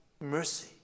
mercy